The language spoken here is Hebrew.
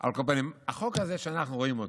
על כל פנים, החוק הזה שאנחנו רואים,